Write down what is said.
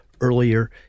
earlier